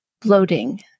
bloating